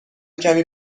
کمی